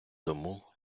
тому